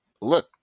Look